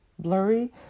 blurry